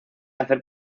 hacer